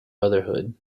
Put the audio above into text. motherhood